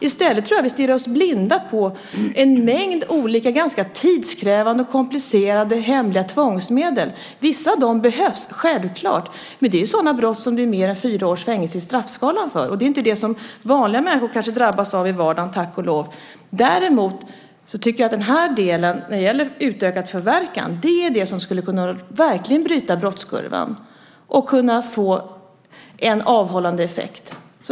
I stället tror jag att vi stirrar oss blinda på en mängd olika ganska tidskrävande och komplicerade hemliga tvångsmedel. Vissa av dem behövs, självklart, men det är sådana brott som det är mer än fyra års fängelse för i straffskalan. Det kanske inte är det som vanliga människor drabbas av i vardagen, tack och lov. Däremot tycker jag att den här delen, när det gäller utvidgat förverkande, är det som verkligen skulle kunna bryta brottskurvan och få en avhållande effekt.